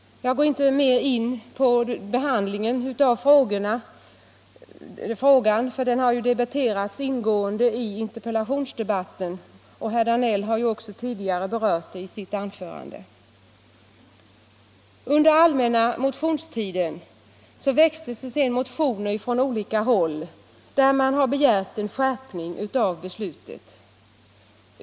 Jag går inte närmare in på behandlingen av ärendet, för den diskuterades ingående i interpellationsdebatten. Herr Danell har ju också berört saken i sitt anförande. Under allmänna motionstiden väcktes sedan motioner från olika håll, där man begärde en skärpning av beslutet.